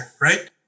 right